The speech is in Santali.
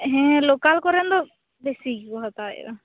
ᱦᱮᱸ ᱞᱚᱠᱟᱞ ᱠᱚᱨᱮᱱ ᱫᱚ ᱵᱮᱥᱤ ᱜᱮᱠᱚ ᱦᱟᱛᱟᱣᱮᱫᱟ